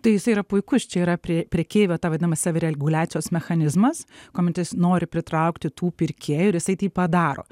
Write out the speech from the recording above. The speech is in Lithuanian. tai jis yra puikus čia yra pre prekeivio ta vadinama savireguliacijos mechanizmas kuomet jis nori pritraukti tų pirkėjų ir jisai tai padaro